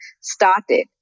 started